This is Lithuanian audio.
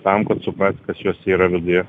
tam kad suprast kas juose yra viduje